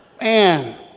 Man